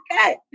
okay